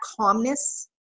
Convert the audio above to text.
calmness